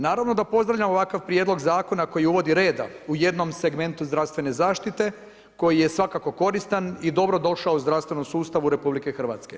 Naravno da pozdravljam ovakav prijedlog zakona koji uvodi reda u jednom segmentu zdravstvene zaštite koji je svakako koristan i dobrodošao zdravstvenom sustavu RH.